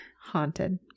haunted